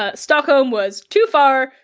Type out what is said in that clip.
ah stockholm was too far,